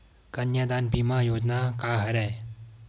कन्यादान बीमा योजना का हरय?